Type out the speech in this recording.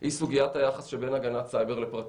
היא סוגיית היחס שבין הגנת סייבר לפרטיות.